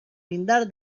lindar